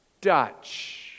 Dutch